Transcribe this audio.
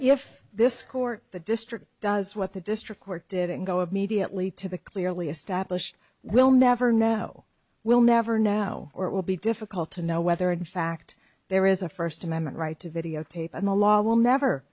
if this court the district does what the district court did and go of mediately to the clearly established we'll never know we'll never know or it will be difficult to know whether in fact there is a first amendment right to videotape and the law will never